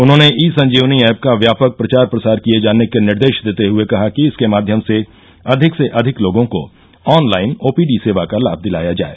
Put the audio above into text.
उन्होंने e Sanjeevani app का व्यापक प्रचार प्रसार किये जाने के निर्देश देते हुए कहा कि इसके माध्यम से अधिक से अधिक लोगों को ऑनलाइन ओपीडी सेवा का लाभ दिलाया जाए